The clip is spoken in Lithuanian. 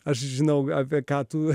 aš žinau apie ką tu